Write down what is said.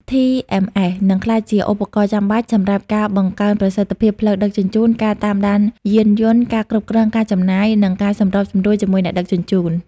TMS នឹងក្លាយជាឧបករណ៍ចាំបាច់សម្រាប់ការបង្កើនប្រសិទ្ធភាពផ្លូវដឹកជញ្ជូន ការតាមដានយានយន្ត ការគ្រប់គ្រងការចំណាយ និងការសម្របសម្រួលជាមួយអ្នកដឹកជញ្ជូន។